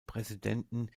präsidenten